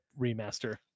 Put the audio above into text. remaster